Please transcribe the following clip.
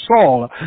Saul